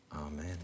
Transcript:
Amen